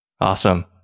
Awesome